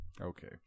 okay